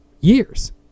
years